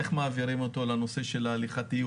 איך מעבירים אותו לנושא של הליכתיות,